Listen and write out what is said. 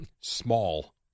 Small